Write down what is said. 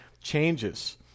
changes